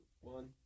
one